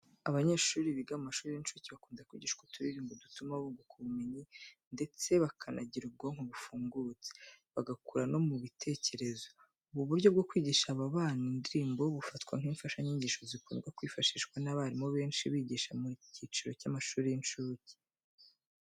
Abanyeshuri biga mu mashuri y'incuke bakunda kwigishwa uturirimbo dutuma bunguka ubumenyi ndetse bakanagira ubwonko bufungutse, bagakura no mu bitekerezo. Ubu buryo bwo kwigisha aba bana indirimbo bufatwa nk'imfashanyigisho zikunda kwifashishwa n'abarimu benshi bigisha muri ki cyiciro cy'amashuri y'incuke.